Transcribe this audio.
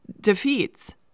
defeats